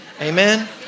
Amen